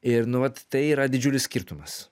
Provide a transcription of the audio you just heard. ir nu vat tai yra didžiulis skirtumas